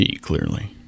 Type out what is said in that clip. Clearly